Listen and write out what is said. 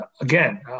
again